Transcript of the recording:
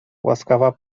łaskawa